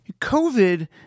COVID